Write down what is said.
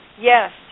Yes